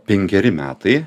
penkeri metai